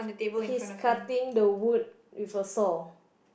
he's cutting the wood with a saw